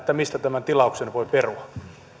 mistä tämän tilauksen voi perua